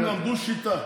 הם למדו שיטה.